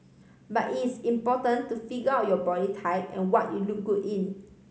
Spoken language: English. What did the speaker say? but it's important to figure out your body type and what you look good in